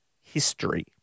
history